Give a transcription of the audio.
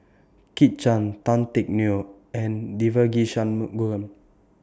Kit Chan Tan Teck Neo and Devagi Sanmugam